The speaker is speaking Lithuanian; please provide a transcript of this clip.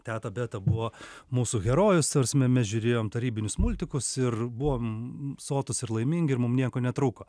teta beta buvo mūsų herojus ta prasme mes žiūrėjom tarybinius multikus ir buvome sotūs ir laimingi ir mum nieko netrūko